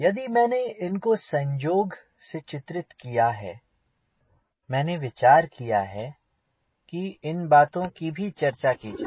यदि मैंने इनको संजोग से चित्रित किया है मैंने विचार किया कि इन बातों की भी चर्चा की जाए